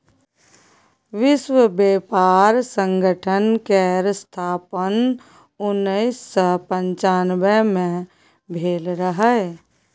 विश्व बेपार संगठन केर स्थापन उन्नैस सय पनचानबे मे भेल रहय